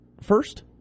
first